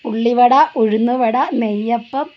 ഉള്ളിവട ഉഴുന്നുവട നെയ്യപ്പം